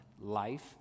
life